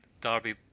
Derby